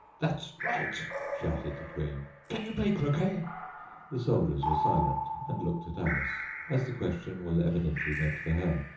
that's right shouted the queen. can you play croquet the soldiers were silent, and looked at alice, as the question was evidently meant for her.